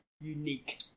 unique